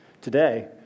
Today